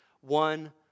one